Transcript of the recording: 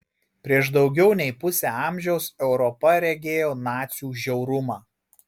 prieš daugiau nei pusę amžiaus europa regėjo nacių žiaurumą